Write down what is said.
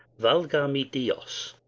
valgame dios!